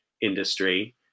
industry